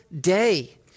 day